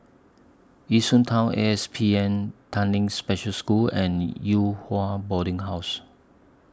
Yishun Town A S P N Tanglin Special School and Yew Hua Boarding House